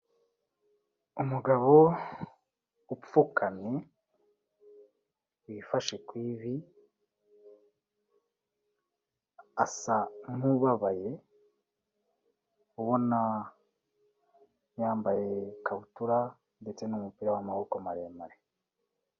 Umugabo upfukamye wifashe ku ivi, asa nk'ubabaye, ubona yambaye ikabutura ndetse n'umupira w'amaboko maremare.